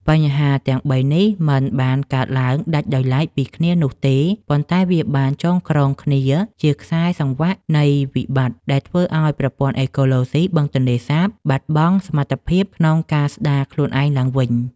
បញ្ហាទាំងបីនេះមិនបានកើតឡើងដាច់ដោយឡែកពីគ្នានោះទេ ប៉ុន្តែវាបានចងក្រងគ្នាជាខ្សែសង្វាក់នៃវិបត្តិ ដែលធ្វើឱ្យប្រព័ន្ធអេកូឡូស៊ីបឹងទន្លេសាបបាត់បង់សមត្ថភាពក្នុងការស្តារខ្លួនឯងឡើងវិញ។